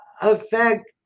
affect